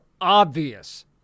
obvious